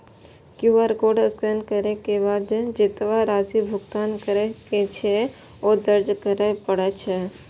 QR code scan करै के बाद जेतबा राशि भुगतान करै के छै, ओ दर्ज करय पड़ै छै